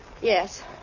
Yes